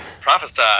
Prophesy